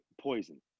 poison